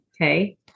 Okay